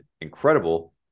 incredible